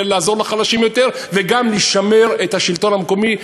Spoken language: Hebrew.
לעזור לחלשים יותר וגם לשמר את השלטון המקומי,